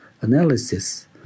analysis